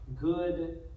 good